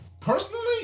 Personally